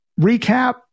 recap